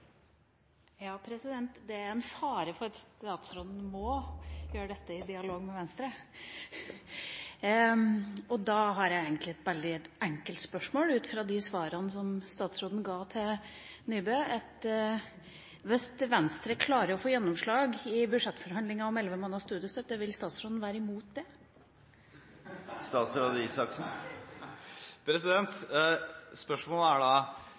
Ja, det er en fare for at statsråden må gjøre dette i dialog med Venstre, og da har jeg egentlig et veldig enkelt spørsmål ut fra de svarene som statsråden ga til Nybø: Hvis Venstre klarer å få gjennomslag i budsjettforhandlingene for elleve måneders studiestøtte, vil statsråden være imot det? Spørsmålet er: Hvis Venstre potensielt sett skulle få gjennomslag ved et senere budsjett, vil da